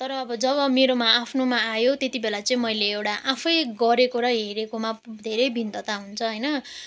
तर अब जब मेरोमा आफ्नोमा आयो त्यति बेला चाहिँ मैले एउटा आफै गरेको र हेरेकोमा धेरै भिन्नता हुन्छ होइन